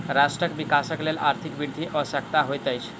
राष्ट्रक विकासक लेल आर्थिक वृद्धि आवश्यक होइत अछि